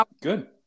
Good